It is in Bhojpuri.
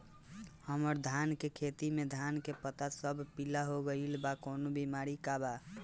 हमर धान के खेती में धान के पता सब पीला हो गेल बा कवनों बिमारी बा का?